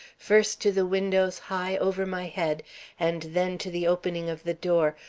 first to the windows high over my head and then to the opening of the door,